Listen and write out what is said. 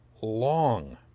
long